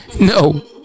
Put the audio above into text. No